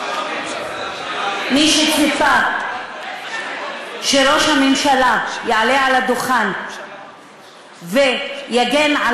מי שציפה שראש הממשלה יעלה על הדוכן ויגן על